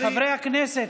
חברי הכנסת,